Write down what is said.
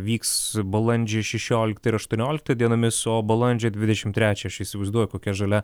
vyks balandžio šešioliktą ir aštuonioliktą dienomis o balandžio dvidešim trečią aš įsivaizduoju kokia žalia